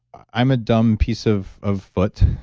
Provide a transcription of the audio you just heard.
i'm a dumb piece of of foot.